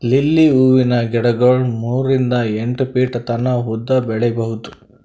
lily ಹೂವಿನ ಗಿಡಗೊಳ್ ಮೂರಿಂದ್ ಎಂಟ್ ಫೀಟ್ ತನ ಉದ್ದ್ ಬೆಳಿಬಹುದ್